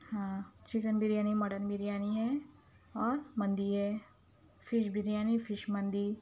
ہاں chicken biryani mutton biryani ہے اور مندی ہے فِش بریانی فِش مندی